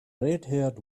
redhaired